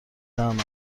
طعم